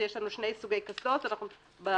יש לנו שני סוגי קסדות בתוספת,